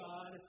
God